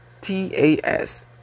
tas